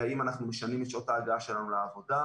האם אנחנו משנים את שעות ההגעה שלנו לעבודה?